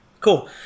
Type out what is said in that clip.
cool